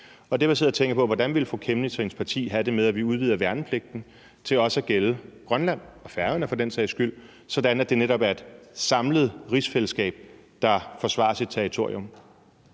Det får mig til at tænke på, hvordan fru Aaja Chemnitz og hendes parti vil have det med, at vi udvider værnepligten til også at gælde Grønland og Færøerne for den sags skyld, sådan at det netop er et samlet rigsfællesskab, der forsvarer sit territorium.